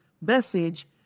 message